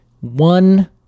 One